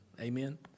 Amen